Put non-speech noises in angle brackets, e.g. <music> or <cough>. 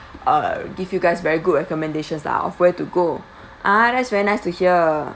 uh give you guys very good recommendations lah of where to go <breath> ah that is very nice to hear